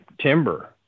timber